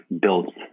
built